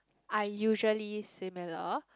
are usually similar